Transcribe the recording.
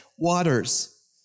waters